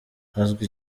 azwi